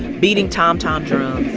beating tom-tom drums